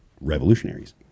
revolutionaries